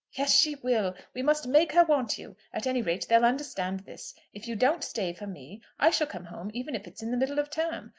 yes, she will. we must make her want you. at any rate they'll understand this if you don't stay for me, i shall come home even if it's in the middle of term.